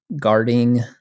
guarding